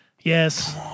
yes